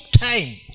time